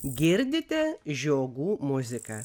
girdite žiogų muziką